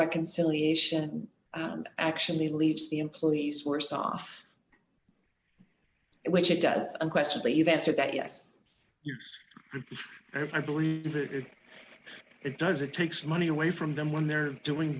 reconciliation and actually leaves the employees worse off which it does a question that you've answered that yes i believe it if it does it takes money away from them when they're doing